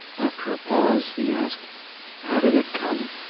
after a pause he asked how did it come?